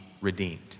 redeemed